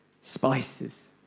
spices